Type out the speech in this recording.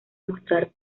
mostrar